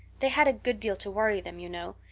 they had a good deal to worry them, you know.